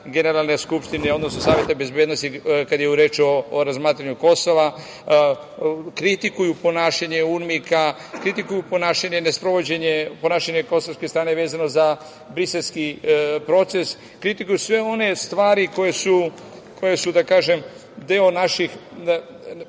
Generalne skupštine … Saveta bezbednosti, kada je reč o razmatranju Kosova, kritikuju ponašanje UNMIK-a, kritikuju ponašanje i nesprovođenje ponašanja kosovske strane vezano za Briselski proces, kritikuju sve one stvari koje su, da kažem, deo naših